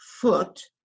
foot